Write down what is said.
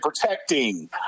protecting